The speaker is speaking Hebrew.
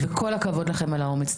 וכל הכבוד לכם על האומץ.